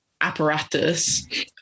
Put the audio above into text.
apparatus